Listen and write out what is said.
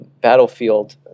Battlefield